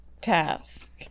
task